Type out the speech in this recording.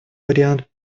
вариант